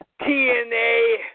TNA